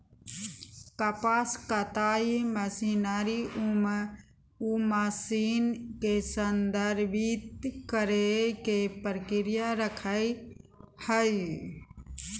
कपास कताई मशीनरी उ मशीन के संदर्भित करेय के प्रक्रिया रखैय हइ